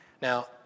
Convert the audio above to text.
Now